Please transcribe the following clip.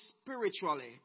spiritually